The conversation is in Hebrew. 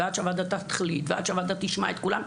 ועד שהוועדה תחליט ועד שהוועדה תשמע את כולם,